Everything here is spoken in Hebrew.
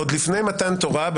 עוד לפני מתן תורה,